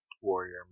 warrior